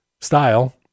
style